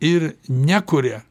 ir nekuria